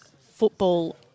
football